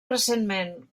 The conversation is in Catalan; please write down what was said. recentment